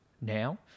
now